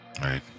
right